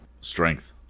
Strength